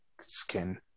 skin